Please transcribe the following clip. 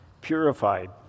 purified